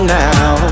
now